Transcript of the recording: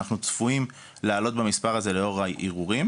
אנחנו צפויים לעלות במספר הזה לאור הערעורים